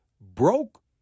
broke